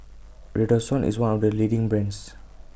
Redoxon IS one of The leading brands